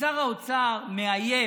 ושר האוצר מאיים